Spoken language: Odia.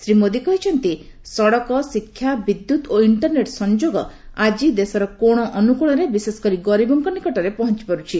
ଶ୍ରୀ ମୋଦୀ କହିଛନ୍ତି ଯେ ସଡକ ଶିକ୍ଷା ବିଦ୍ୟୁତ ଓ ଇଷ୍କରନେଟ ସଂଯୋଗ ଆଜି ଦେଶର କୋଣ ଅନୁକୋଶରେ ବିଶେଷକରି ଗରୀବଙ୍କ ନିକଟରେ ପହଞ୍ଚପାରୁଛି